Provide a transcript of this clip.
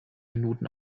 minuten